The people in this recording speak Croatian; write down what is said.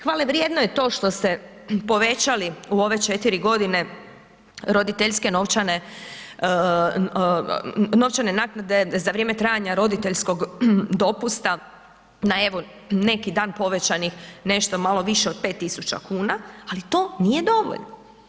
Hvale vrijedno je to što ste povećali u ove 4.g. roditeljske novčane, novčane naknade za vrijeme trajanja roditeljskog dopusta na evo, neki dan povećani nešto malo više od 5.000,00 kn, ali to nije dovoljno.